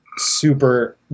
super